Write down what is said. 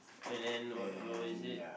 and then what is it